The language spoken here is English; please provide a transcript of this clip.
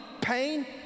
pain